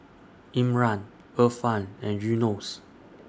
Imran Irfan and Yunos